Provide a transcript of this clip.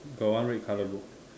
got one red color book